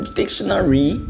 dictionary